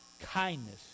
kindness